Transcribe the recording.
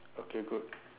okay good